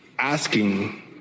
Asking